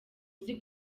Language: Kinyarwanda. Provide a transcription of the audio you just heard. uzi